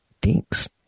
dinks